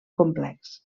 complex